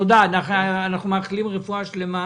הייתה לה משמעות מאוד מאוד ניכרת,